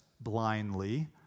blindly